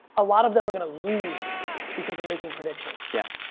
a lot of them are going to lose because of making predictions. yeah.